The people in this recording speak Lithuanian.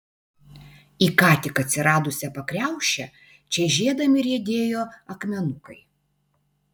į ką tik atsiradusią pakriaušę čežėdami riedėjo akmenukai